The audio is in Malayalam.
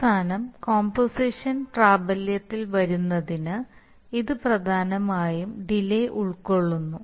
അവസാനം കോമ്പോസിഷൻ പ്രാബല്യത്തിൽ വരുത്തുന്നതിന് ഇത് പ്രധാനമായും ഡിലേ ഉൾക്കൊള്ളുന്നു